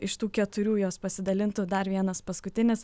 iš tų keturių jos pasidalintų dar vienas paskutinis